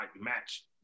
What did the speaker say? match